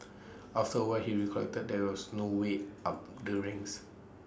after A while he recollected there was no way up the ranks